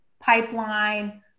pipeline